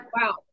wow